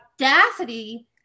audacity